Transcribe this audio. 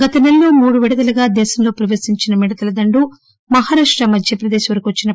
గత నెలలో మూడు విడతలుగా దేశంలో ప్రపేశించిన మిడతల దండు మహారాష్ట మధ్యప్రదేశ్ వరకే వచ్చాయి